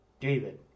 David